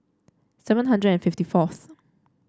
seven hundred and fifty fourth